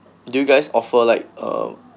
did you guys offer like um